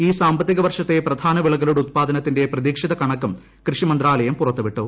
ഈ സാമ്പത്തിക വർഷത്തെ പ്രധാന വിളകളുടെ ഉത്പാദനത്തിന്റെ പ്രതീക്ഷിത കണക്കും കൃഷി മന്ത്രാലയം പുറത്തുവിട്ടു